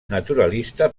naturalista